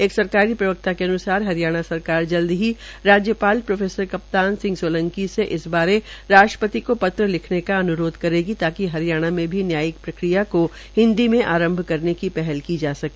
एक सरकारी प्रवक्ता के अन्सार हरियाणा सरकार जल्द ही राज्यपाल प्रो कप्तान सोलंकी से इस बारे राष्ट्रपति को पत्र लिखने का अन्रोध करेगी ताकि हरियाणा में भी न्यायिक प्रक्रिया को हिन्दी में प्रांरभ करने की पहल की जा सके